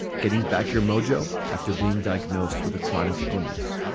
getting back your mojo after being diagnosed with a chronic illness